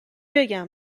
بگم